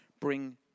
bring